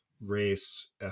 race